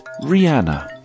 Rihanna